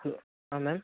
hello ஹா ma'am